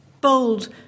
bold